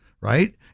Right